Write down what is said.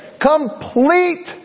Complete